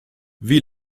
wie